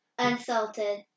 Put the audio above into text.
Unsalted